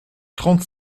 trente